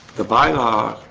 the bylaw